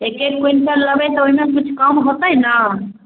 एक एक क्विंटल लेबै तऽ ओहिमे किछु कम होतै ने